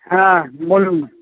হ্যাঁ বলুন